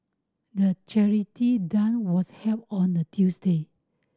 the charity was held on a Tuesday